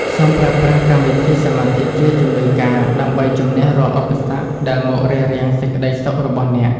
សូមប្រើប្រាស់កម្មវិធីសមាធិជាជំនួយការដើម្បីជម្នះរាល់ឧបសគ្គដែលមករារាំងសេចក្តីសុខរបស់អ្នក។